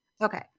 Okay